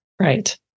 Right